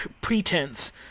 pretense